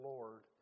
Lord